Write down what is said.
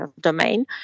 domain